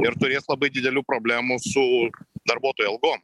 ir turės labai didelių problemų su darbuotojų algom